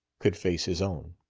could face his own.